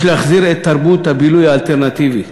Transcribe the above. יש להחזיר את תרבות הבילוי האלטרנטיבית,